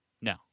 No